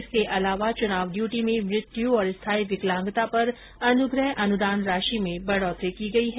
इसके अलावा चुनाव ड्यूटी में मृत्यू और स्थायी विकलांगता पर अनुग्रह अनुदान राशि में बढ़ोतरी की गई है